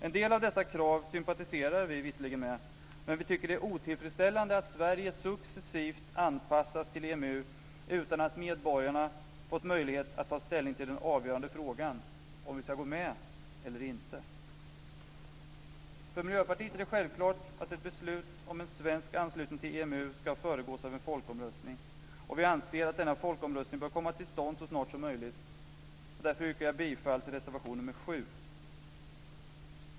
En del av dessa krav sympatiserar vi visserligen med, men vi tycker att det är otillfredsställande att Sverige successivt anpassas till EMU utan att medborgarna fått möjlighet att ta ställning till den avgörande frågan, dvs. om vi ska gå med eller inte. För Miljöpartiet är det självklart att ett beslut om en svensk anslutning till EMU ska föregås av en folkomröstning, och vi anser att denna folkomröstning bör komma till stånd så snart som möjligt. Därför yrkar jag bifall till reservation nr 7.